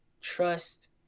trust